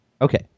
Okay